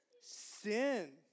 Sin